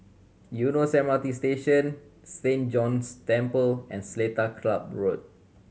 Eunos M R T Station Saint John's Chapel and Seletar Club Road